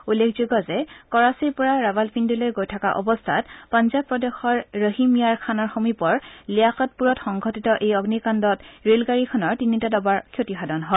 উল্লেখযোগ্য যে কৰাচীৰ পৰা ৰাৱালপিণ্ডলৈ গৈ থকা অৱস্থাত পাঞ্জাৱ প্ৰদেশৰ ৰহিম য়াৰ খানৰ সমীপৰ লিয়াকৎপুৰত সংঘটিত এই অগ্নিকাণ্ডত ৰেলগাড়ীখনৰ তিনিটা ডবাৰ ক্ষতিসাধন হয়